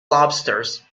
lobsters